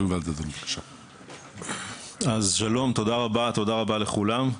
שלום, תודה רבה לכולם,